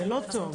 אז זה לא טוב.